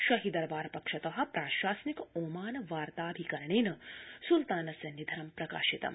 शाही दरबार पक्षत प्राशासनिक ओमान वार्ताभिकरणेन सुल्तानस्य निधनं प्रकाशितम्